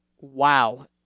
wow